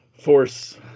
force